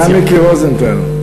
זה היה מיקי רוזנטל.